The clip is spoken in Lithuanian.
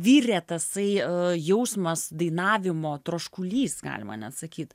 virė tasai jausmas dainavimo troškulys galima net sakyt